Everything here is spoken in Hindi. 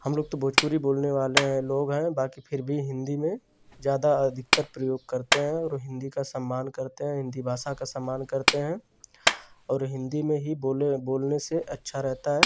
हमलोग तो भोजपुरी बोलने वाले हैं लोग हैं बाकी फिर भी हिन्दी में ज़्यादा अधिकतर प्रयोग करते हैं और हिन्दी का सम्मान करते हैं हिन्दी भाषा का सम्मान करते हैं और हिन्दी में ही बोलें बोलने से अच्छा रहता है